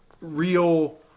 real